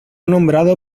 nombrado